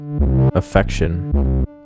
affection